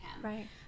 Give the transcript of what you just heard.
right